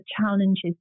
challenges